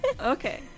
Okay